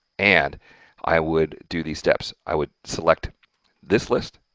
and i would do these steps. i would select this list,